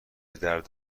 درد